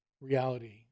reality